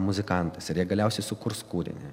muzikantais ir jie galiausiai sukurs kūrinį